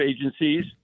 agencies